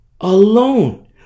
alone